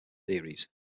series